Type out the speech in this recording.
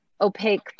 opaque